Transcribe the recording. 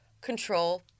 control